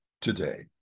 Today